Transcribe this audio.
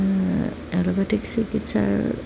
allopathic চিকিৎসাৰ